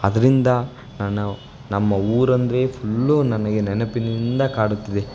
ಅದರಿಂದ ನನ್ನ ನಮ್ಮ ಊರಂದರೆ ಫುಲ್ಲು ನನಗೆ ನೆನಪಿನಿಂದ ಕಾಡುತ್ತಿದೆ